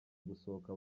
gusohoka